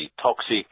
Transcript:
toxic